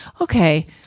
okay